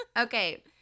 okay